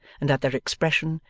and that their expression,